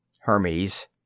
Hermes